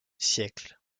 siècles